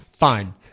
Fine